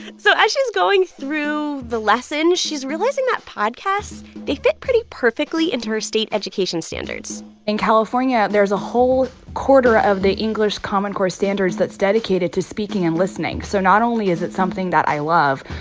so as she's going through the lessons, she's realizing that podcasts they fit pretty perfectly into her state education standards in california, there's a whole quarter of the english common core standards that's dedicated to speaking and listening. so not only is it something that i love,